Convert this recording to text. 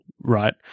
right